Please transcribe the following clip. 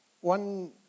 one